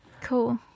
cool